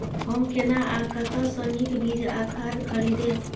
हम केना आ कतय स नीक बीज आ खाद खरीदे?